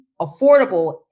affordable